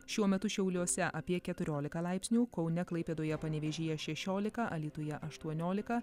šiuo metu šiauliuose apie keturiolika laipsnių kaune klaipėdoje panevėžyje šešiolika alytuje aštuoniolika